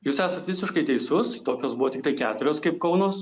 jūs esat visiškai teisus tokios buvo tiktai keturios kaip kaunos